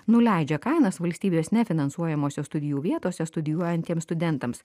nuleidžia kainas valstybės nefinansuojamose studijų vietose studijuojantiems studentams